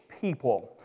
people